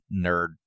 nerd